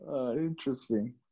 Interesting